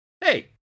Hey